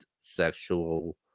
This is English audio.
sexual